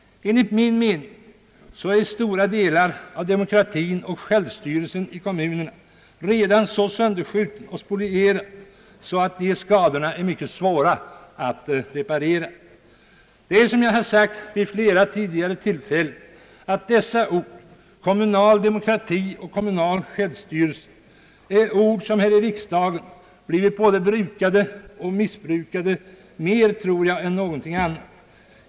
Enligt min mening är stora delar av demokratin och självstyrelsen i kommunerna redan så sönderskjutna och spolierade att skadorna är mycket svåra att reparera. Som jag har sagt vid flera tidigare tillfällen är orden kommunal demokrati och kommunal självstyrelse här i riksdagen både brukade och missbrukade mer än någonting annat.